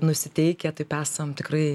nusiteikę taip esam tikrai